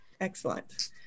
excellent